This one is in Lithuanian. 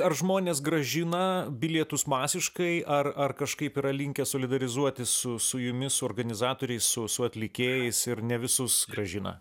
ar žmonės grąžina bilietus masiškai ar ar kažkaip yra linkę solidarizuotis su su jumis su organizatoriai su atlikėjais ir ne visus grąžina